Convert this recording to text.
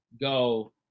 go